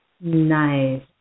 Nice